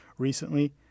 Recently